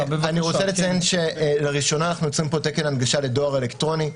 אני רוצה לציין שלראשונה אנחנו יוצרים פה תקן הנגשה לדואר אלקטרוני.